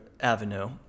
avenue